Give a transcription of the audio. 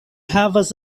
havas